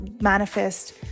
manifest